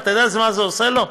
אתה יודע מה זה עושה לו?